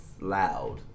Loud